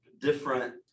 different